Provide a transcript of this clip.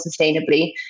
sustainably